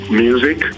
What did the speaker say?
music